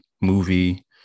movie